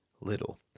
little